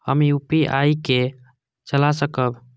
हम यू.पी.आई के चला सकब?